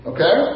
Okay